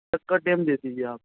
کا ٹیم دے دیجیے آپ